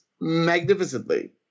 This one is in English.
magnificently